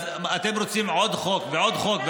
אז אתם רוצים עוד חוק ועוד חוק?